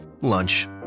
Lunch